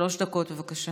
שלוש דקות, בבקשה.